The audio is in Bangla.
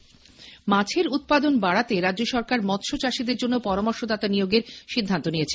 রাজ্যে মাছের উৎপাদন বাড়াতে রাজ্য সরকার মৎস্য চাষিদের জন্য পরামর্শদাতা নিয়োগের সিদ্ধান্ত নিয়েছে